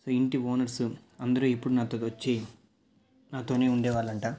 so ఇంటి owners అందరు ఇప్పుడు నాతో వచ్చి నాతోనే ఉండేవారంట